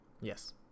Yes